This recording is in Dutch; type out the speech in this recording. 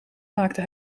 maakte